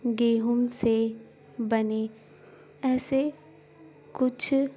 گیہوم سے بنے ایسے کچھ